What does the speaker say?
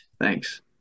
Thanks